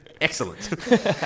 Excellent